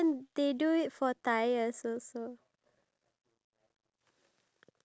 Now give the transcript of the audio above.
because of priorities that we have we don't really have the urge